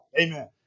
Amen